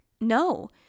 No